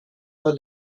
war